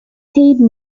paid